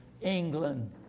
England